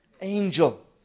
angel